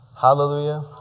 Hallelujah